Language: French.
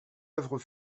œuvre